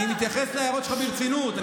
אני מתייחס להערות שלך ברצינות.